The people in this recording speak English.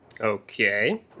Okay